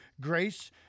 grace